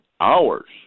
hours